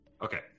Okay